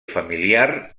familiar